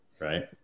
Right